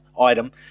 item